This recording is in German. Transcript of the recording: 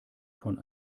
von